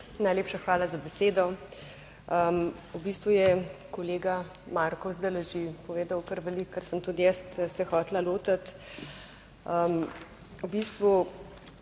Najlepša hvala za besedo. V bistvu je kolega Marko zdaj že povedal kar veliko, ker sem tudi jaz se hotela lotiti. V bistvu,